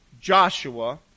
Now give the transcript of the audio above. Joshua